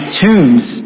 tombs